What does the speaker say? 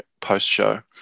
post-show